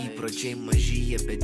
įpročiai maži jie bet